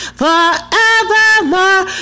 forevermore